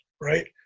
right